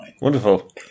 Wonderful